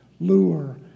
lure